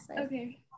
okay